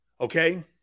Okay